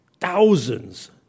thousands